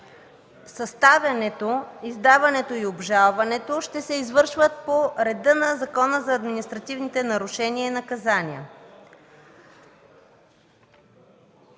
съставянето, издаването и обжалването ще се извършват по реда на Закона за административните нарушения и наказания.